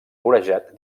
vorejat